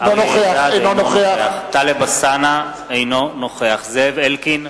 אינו נוכח טלב אלסאנע, אינו נוכח זאב אלקין,